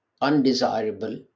undesirable